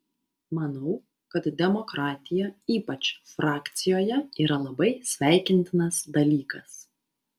manau kad demokratija ypač frakcijoje yra labai sveikintinas dalykas